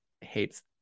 hates